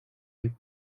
and